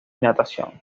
natación